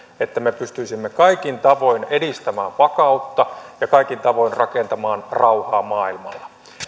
että me pystyisimme kaikin tavoin edistämään vakautta ja kaikin tavoin rakentamaan rauhaa maailmalla